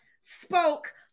spoke